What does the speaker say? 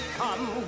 come